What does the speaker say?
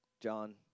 John